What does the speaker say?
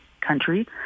country